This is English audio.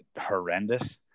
horrendous